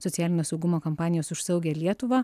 socialinio saugumo kampanijos už saugią lietuvą